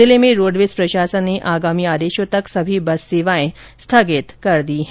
जिले में रोडवेज प्रशासन ने आगामी आदेश तक सभी बस सेवाए स्थगित कर दी हैं